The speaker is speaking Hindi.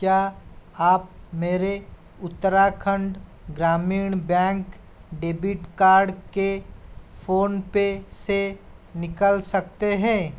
क्या आप मेरे Uttarakhand Gramin bank debit card को फ़ोनपे से निकाल सकते हैं